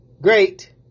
great